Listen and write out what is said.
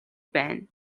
байна